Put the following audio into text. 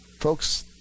Folks